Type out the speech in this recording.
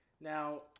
Now